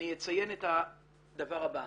אני אציין את הדבר הבא: